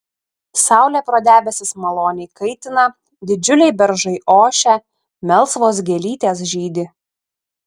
saulė pro debesis maloniai kaitina didžiuliai beržai ošia melsvos gėlytės žydi